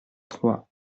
trois